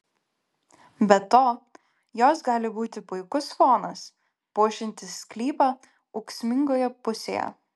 be to jos gali būti puikus fonas puošiantis sklypą ūksmingoje pusėje